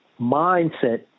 mindset